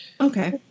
Okay